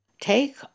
Take